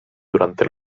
durante